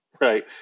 right